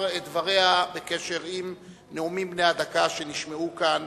דבריה בקשר לנאומים בני הדקה שנשמעו כאן